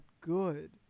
good